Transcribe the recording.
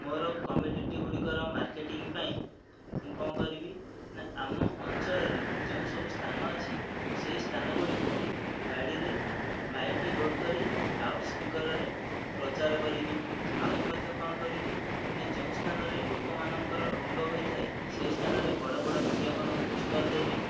ମୋର କମ୍ମୋଡିଟି ଗୁଡ଼ିକର ମାର୍କେଟିଂ ପାଇଁ ମୁଁ କଣ କରିବି ନା ଆମ ଅଞ୍ଚଳରେ ଯେଉଁସବୁ ସ୍ଥାନ ଅଛି ସେଇ ସ୍ଥାନଗୁଡ଼ିକୁ ଗାଡ଼ିରେ ମାଇକ୍ ଲୋଡ଼ କରି ଲାଉଡ଼ସ୍ପିକରରେ ପ୍ରଚାର କରିବି ଆହୁରି ମଧ୍ୟ କଣ କରିବି ନା ଯେଉଁ ସ୍ଥାନରେ ଲୋକମାନଙ୍କର ରୁଣ୍ଡ ହୋଇଥାଏ ସେହି ସ୍ଥାନରେ ବଡ଼ ବଡ଼ ବିଜ୍ଞାପନ ପୋଷ୍ଟର ଦେବି